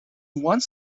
wants